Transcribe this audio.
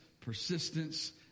persistence